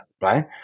right